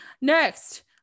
Next